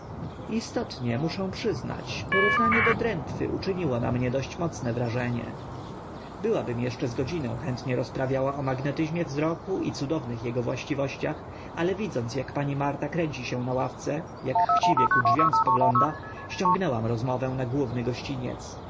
istotnie muszę przyznać porównanie do drętwy uczyniło na mnie dość mocne wrażenie byłabym eszcze z godzinę chętnie rozprawiała o magnetyzmie wzroku i cudownych ego własnościach ale widząc ak pani marta kręci się na ławce ak chciwie ku drzwiom spogląda ściągnęłam rozmowę na główny gościniec